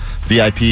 VIP